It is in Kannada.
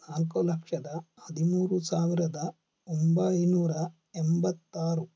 ನಾಲ್ಕು ಲಕ್ಷದ ಹದಿಮೂರು ಸಾವಿರದ ಒಂಬೈನೂರ ಎಂಬತ್ತಾರು